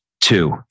two